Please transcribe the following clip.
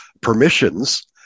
permissions